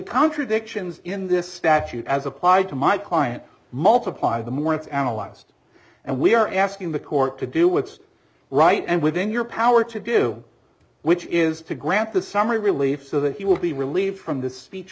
contradictions in this statute as applied to my client multiplied the more it's analyzed and we are asking the court to do what's right and within your power to do which is to grant the summary relief so that he will be relieved from the speech